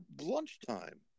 lunchtime